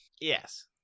Yes